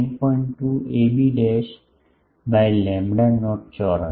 2 ab by lambda naught ચોરસ